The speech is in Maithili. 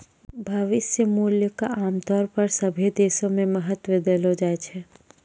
भविष्य मूल्य क आमतौर पर सभ्भे देशो म महत्व देलो जाय छै